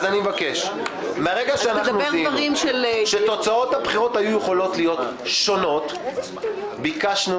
מרגע שזיהינו שתוצאות הבחירות היו יכולות להיות שונות ביקשנו